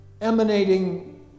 emanating